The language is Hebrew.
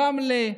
רמלה,